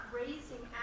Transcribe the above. raising